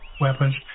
weapons